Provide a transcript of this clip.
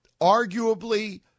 arguably